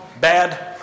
bad